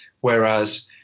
Whereas